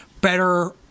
better